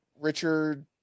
Richard